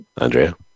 Andrea